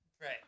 Right